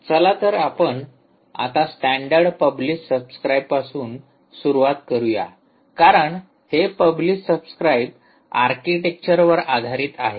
चला तर आपण आता स्टँडर्ड पब्लिश सब्सक्राइब पासून सुरुवात करूया कारण हे पब्लिश सब्सक्राइब आर्किटेक्चरवर आधारित आहे